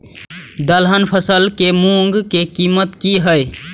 दलहन फसल के मूँग के कीमत की हय?